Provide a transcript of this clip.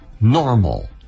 normal